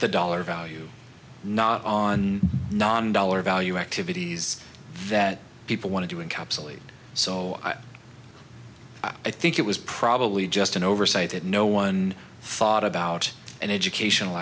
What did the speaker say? the dollar value not on non dollar value activities that people wanted to encapsulate so i think it was probably just an oversight that no one thought about an educational